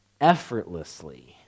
effortlessly